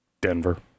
Denver